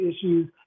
issues